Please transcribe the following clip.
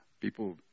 people